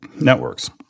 networks